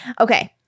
Okay